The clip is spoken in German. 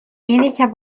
ähnlicher